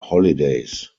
holidays